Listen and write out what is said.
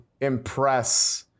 impress